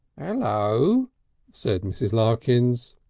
and ello! said mrs. larkins.